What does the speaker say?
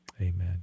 Amen